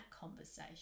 conversation